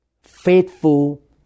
faithful